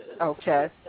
Okay